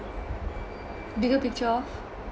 bigger picture of